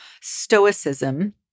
Stoicism